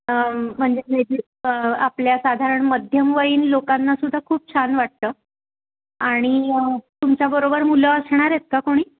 म्हणजे मेजी आपल्या साधारण मध्यमवयीन लोकांना सुद्धा खूप छान वाटतं आणि तुमच्याबरोबर मुलं असणार आहेत का कोणी